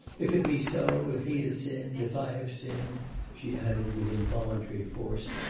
if it be so, if he has sinned, if i have sinned she added with involuntary force,